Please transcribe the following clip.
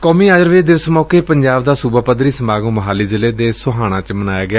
ਕੋਮੀ ਆਯੂਰਵੇਦ ਦਿਵਸ ਮੌਕੇ ਪੰਜਾਬ ਦਾ ਸੂਬਾ ਪੱਧਰੀ ਸਮਾਗਮ ਮੋਹਾਲੀ ਜ਼ਿਲ੍ਹੇ ਦੇ ਸੋਹਾਣਾ ਚ ਮਨਾਇਆ ਗਿਆ